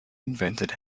invented